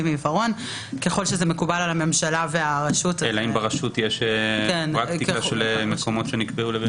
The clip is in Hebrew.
אלא אם לרשות יש פרקטיקה של מקומות שנקבעו לצורך זה.